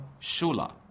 Shula